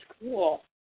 cool